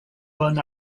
earn